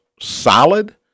solid